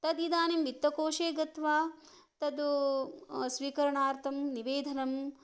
तत् इदानीं वित्तकोशे गत्वा तत् स्वीकरणार्थं निवेधनं